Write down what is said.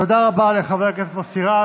תודה רבה לחבר הכנסת מוסי רז.